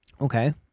Okay